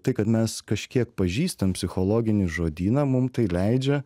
tai kad mes kažkiek pažįstam psichologinį žodyną mum tai leidžia